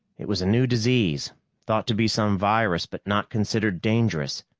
it was a new disease thought to be some virus, but not considered dangerous.